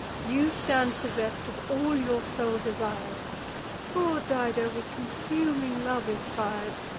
you stand possess'd of all your soul desir'd poor dido with consuming love is fir'd.